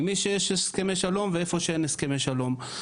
עם מי שיש הסכמי שלום ואיפה שאין הסכמי שלום.